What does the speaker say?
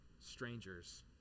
strangers